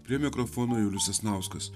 prie mikrofono julius sasnauskas